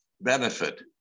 benefit